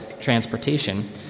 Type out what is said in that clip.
transportation